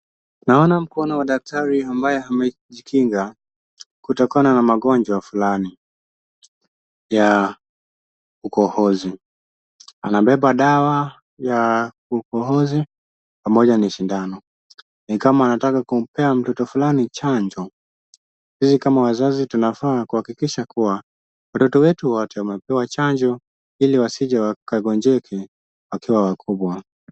Naona mkono wa daktari ambaye amejikinga kutokana na magonjwa fulani ya ukohozi, anabeba dawa ya ukohozi pamoja na sindano, ni kama anataka kumpea mtoto fulani chanjo. Sisi kama wazazi tunafaa kuhakikisha kuwa, watoto wetu wote wamepewa chanjo ili wasije wakagonjeka wakiwa wakubwa.